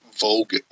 Vogue